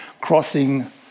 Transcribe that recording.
Crossing